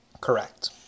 Correct